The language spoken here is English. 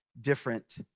different